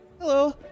Hello